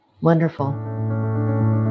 wonderful